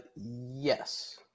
Yes